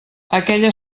aquella